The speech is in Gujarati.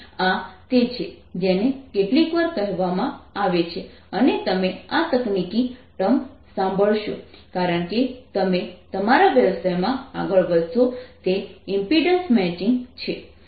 આ તે છે જેને કેટલીકવાર કહેવામાં આવે છે અને તમે આ તકનીકી ટર્મ સાંભળશો કારણ કે તમે તમારા વ્યવસાયમાં આગળ વધશો તે ઇમ્પિડન્સ મેચિંગ છે